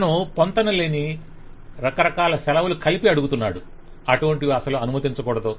అతను పొంతనలేని రెండు రకాలైన సెలవులు కలిపి అడుగుతున్నాడు అటువంటివి అసలు అనుమతించకూడదు